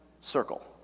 circle